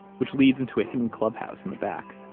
which leads into a hidden clubhouse in the back.